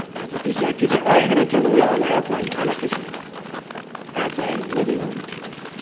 as a dci teacher, or you're going to turn the wheel on the airplane unofficially as a living room teaching.